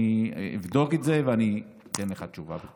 אני אבדוק את זה ואני אתן לך תשובה.